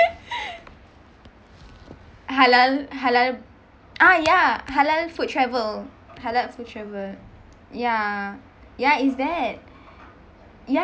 halal halal ah ya halal food travel halal food travel ya ya it's that ya